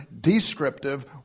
descriptive